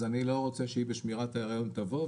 אז אני לא רוצה שהיא בשמירת ההיריון תבוא.